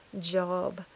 job